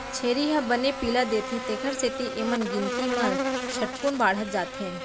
छेरी ह बने पिला देथे तेकर सेती एमन गिनती म झटकुन बाढ़त जाथें